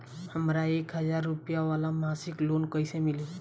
हमरा एक हज़ार रुपया वाला मासिक लोन कईसे मिली?